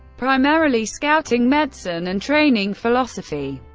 primarily scouting, medicine and training philosophy.